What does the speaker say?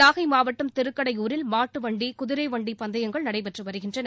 நாகை மாவட்டம் திருக்கடையூரில் மாட்டு வண்டி குதிரை வண்டி பந்தயங்கள் நடைபெற்று வருகின்றன